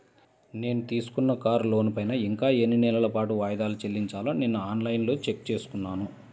నేను తీసుకున్న కారు లోనుపైన ఇంకా ఎన్ని నెలల పాటు వాయిదాలు చెల్లించాలో నిన్నఆన్ లైన్లో చెక్ చేసుకున్నాను